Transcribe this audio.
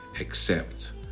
accept